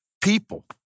people